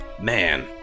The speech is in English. man